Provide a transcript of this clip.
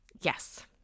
Yes